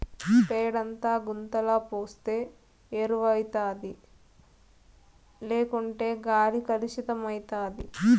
పేడంతా గుంతల పోస్తే ఎరువౌతాది లేకుంటే గాలి కలుసితమైతాది